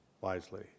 wisely